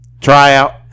tryout